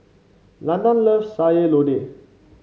Landan loves Sayur Lodeh